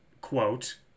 quote